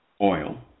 oil